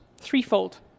threefold